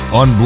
on